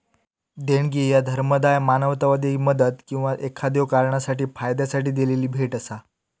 देणगी ह्या धर्मादाय, मानवतावादी मदत किंवा एखाद्यो कारणासाठी फायद्यासाठी दिलेली भेट असा